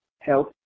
health